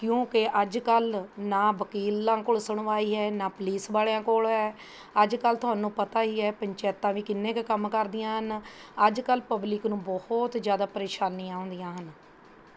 ਕਿਉਂਕਿ ਅੱਜ ਕੱਲ੍ਹ ਨਾ ਵਕੀਲਾਂ ਕੋਲ ਸੁਣਵਾਈ ਹੈ ਨਾ ਪੁਲੀਸ ਵਾਲਿਆਂ ਕੋਲ ਹੈ ਅੱਜ ਕੱਲ੍ਹ ਤੁਹਾਨੂੰ ਪਤਾ ਹੀ ਹੈ ਪੰਚਾਇਤਾਂ ਵੀ ਕਿੰਨੇ ਕੁ ਕੰਮ ਕਰਦੀਆਂ ਹਨ ਅੱਜ ਕੱਲ੍ਹ ਪਬਲਿਕ ਨੂੰ ਬਹੁਤ ਜ਼ਿਆਦਾ ਪਰੇਸ਼ਾਨੀਆਂ ਆਉਂਦੀਆਂ ਹਨ